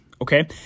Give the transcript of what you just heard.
okay